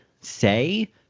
say